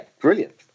Brilliant